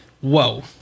whoa